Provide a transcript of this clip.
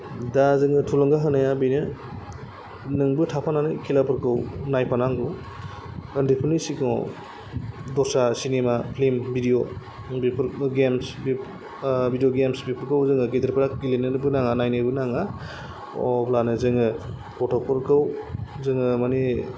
दा जोङो थुलुंगा होनाया बेनो नोंबो थाफानानै खेलाफोरखौ नायफानांगौ ओन्दैफोरनि सिगाङाव दस्रा सिनेमा फिल्म भिदिय' बेफोरखौ गेम्स भिदिय' गेम्स बेफोरखौ जोङो गेदेरफोरा गेलेनोबो नाङा नायनोबो नाङा अब्लानो जोङो गथ'फोरखौ जोङो माने